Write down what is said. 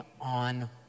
on